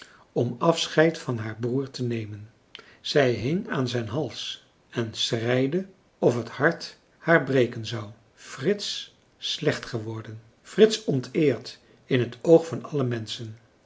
om afscheid van haar broeder te nemen zij hing aan zijn hals en schreide of het hart haar breken zou frits slecht geworden frits onteerd in het oog van alle menschen